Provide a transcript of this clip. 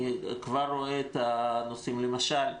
למשל,